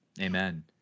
Amen